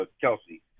Kelsey